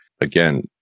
again